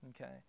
Okay